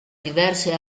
diverse